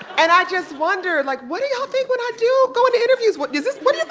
and i just wonder, like, what do y'all think what i do going to interviews what does this what